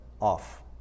off